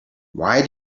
why